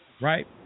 right